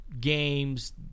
games